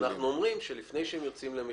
אז אנחנו אומרים שלפני שהם יוצאים למכרז,